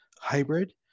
hybrid